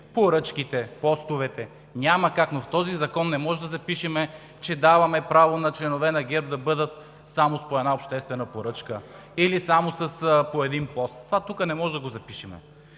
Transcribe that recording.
поръчките, постовете. Но в този закон не може да запишем, че даваме право на членове на ГЕРБ да бъдат само с по една обществена поръчка или само с по един пост – това тук не можем да го запишем.